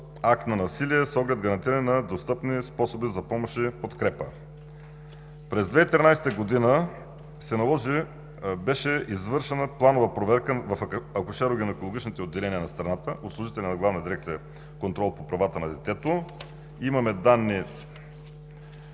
акт на насилие с оглед гарантиране на достъпни способи за помощ и подкрепа. През 2013 г. се наложи, беше извършена планова проверка, в акушеро-гинекологичните отделения на страната от служителя на Главна дирекция „Контрол по правата на детето“. Имаме данни